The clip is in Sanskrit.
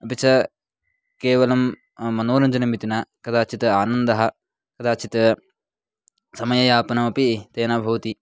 अपि च केवलं मनोरञ्जनमिति न कदाचित् आनन्दः कदाचित् समययापनमपि तेन भवति